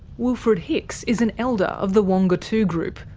wilfred hicks is an elder of the wong-goo-tt-oo group,